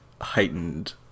heightened